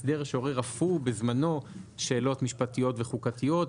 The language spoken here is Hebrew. הסדר שעורר אף הוא בזמנו שאלות משפטיות וחוקתיות.